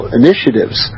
initiatives